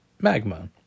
Magma